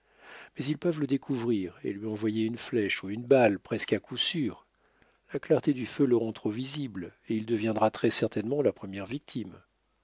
mais ils peuvent le découvrir et lui envoyer une flèche ou une balle presque à coup sûr la clarté du feu le rend trop visible et il deviendra très certainement la première victime